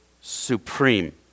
supreme